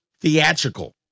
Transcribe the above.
theatrical